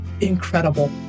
incredible